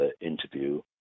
interview